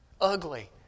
Ugly